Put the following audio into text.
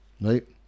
right